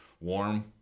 warm